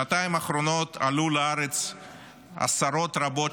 בשנתיים האחרונות עלו לארץ עשרות רבות